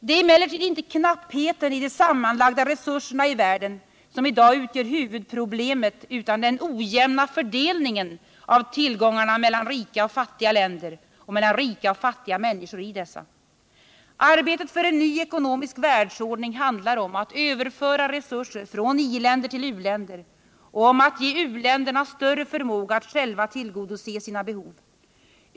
Det är emellertid inte knappheten i de sammanlagda resurserna i världen som i dag utgör huvudproblemet, utan den ojämna fördelningen av tillgångarna mellan rika och fattiga länder och mellan rika och fattiga människor i dessa. Arbetet för en ny ekonomisk världsordning handlar om att överföra resurser från i-länder till u-länder och om att ge u-länderna större förmåga att själva tillgodose sina behov.